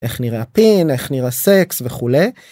איך נראה הפין איך נראה סקס וכולי.